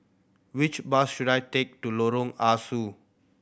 which bus should I take to Lorong Ah Soo